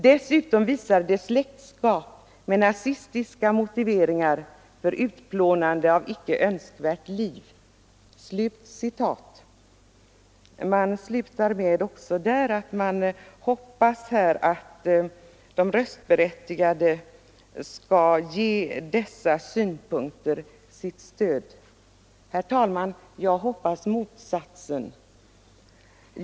Dessutom visar det släktskap med nazistiska motiveringar för utplånande av icke önskvärt liv.” Brevet slutar med en förhoppning att de röstberättigade skall ge dessa synpunkter sitt stöd. Herr talman! Jag hoppas motsatsen.